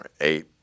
eight